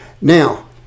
now